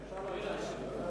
כבוד היושב-ראש,